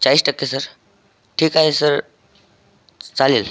चाळीस टक्के सर ठीक आहे सर चालेल